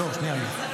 לא, שנייה רגע.